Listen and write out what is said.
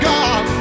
God